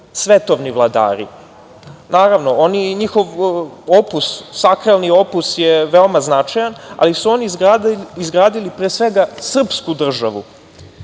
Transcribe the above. svetovni vladari. Naravno, oni i njihov opus, sakralni opus je veoma značajan, ali su oni izgradili pre svega srpsku državu